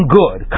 good